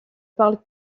parle